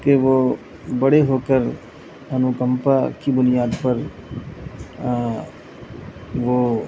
کہ وہ بڑے ہو کر انوکمپا کی بنیاد پر وہ